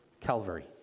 Calvary